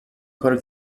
کارو